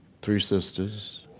three sisters,